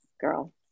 girl